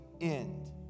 end